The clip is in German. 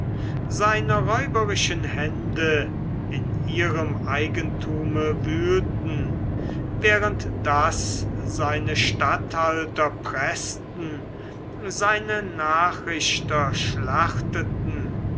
seine räuberischen hände in ihrem eigenthum wühlten während daß seine statthalter preßten seine nachrichter schlachteten